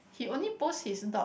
he only post his dog